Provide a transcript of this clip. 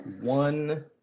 one